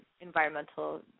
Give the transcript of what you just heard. environmental